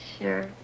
sure